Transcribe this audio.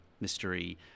mystery